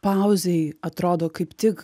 pauzėj atrodo kaip tik